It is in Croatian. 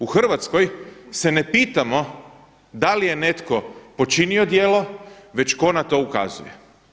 U Hrvatskoj se ne pitamo da li je netko počinio djelo, već tko na to ukazuje.